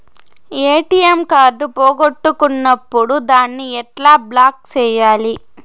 ATM card పోగొట్టుకున్నప్పుడు దాన్ని ఎట్లా బ్లాక్ సేయాలి